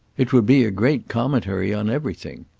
it would be a great commentary on everything.